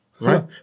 right